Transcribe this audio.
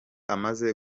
amaze